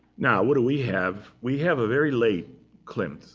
now, what do we have? we have a very late klimt.